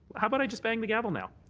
how about i just bang the gavel now?